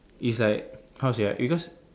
it's like how to say ah because